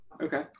Okay